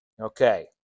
Okay